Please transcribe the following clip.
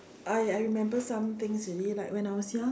I I remember some things already like when I was young